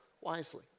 wisely